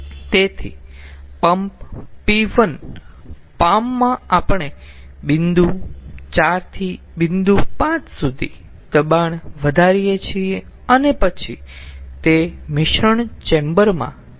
તેથી pump p1 પામ માં આપણે બિંદુ 4 થી બિંદુ 5 સુધી દબાણ વધારીએ છીએ અને પછી તે મિશ્રણ ચેમ્બર માં જાય છે